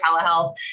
telehealth